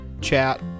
chat